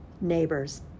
neighbors